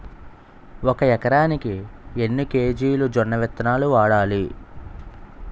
ఒక ఎకరానికి ఎన్ని కేజీలు జొన్నవిత్తనాలు వాడాలి?